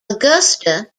augusta